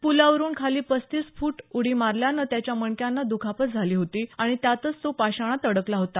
पुलावरून खाली पस्तीस फुट उडी मारल्यानं त्याच्या मणक्यांना द्खापत झाली होती आणि त्यातच तो पाषाणात अडकला होता